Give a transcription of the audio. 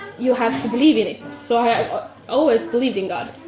you have to believe in it. so i always believed in god.